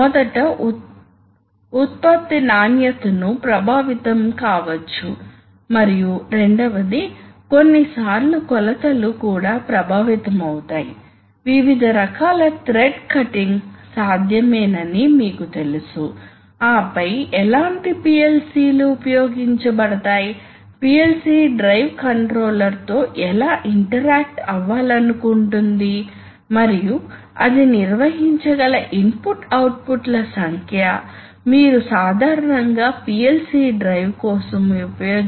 కాబట్టి start push button సరిగ్గా విడుదల అయినప్పటికీ న్యూమాటిక్ ప్రెషర్స్ అక్కడే ఉంటుంది ఇప్పుడు మీరు దీన్ని రీసెట్ చేయాలనుకుంటే మీరు దీని నుండి ఎలా బయటకు వస్తారు కాబట్టి మీరు దీన్ని స్టాప్ పుష్ బటన్ నొక్కండి కాబట్టి ఏమి జరుగుతుందంటే మీరు దీన్ని నొక్కిన క్షణం ఈ వాల్వ్ ఇక్కడకు మార్చబడుతుంది మరియు దీని ద్వారా వస్తున్న ఈ లైన్ ఇక్కడ నిరోధించబడుతుంది ఇది సాధారణ three position three way valve